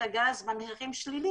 נכנסו וחתמו חוזה על מחירים יותר נמוכים.